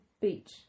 Beach